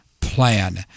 plan